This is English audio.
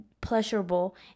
pleasurable